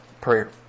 prayer